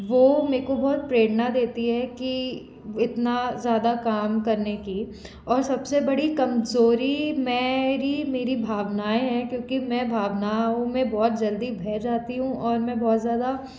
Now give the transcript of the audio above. वो में को बहुत प्रेरणा देती है कि इतना ज़्यादा काम करने की और सबसे बड़ी कमजोरी मेरी भावनाएं हैं क्योंकि मैं भावनाओं में बहुत जल्दी बह जाती हूँ और मैं बहुत ज़्यादा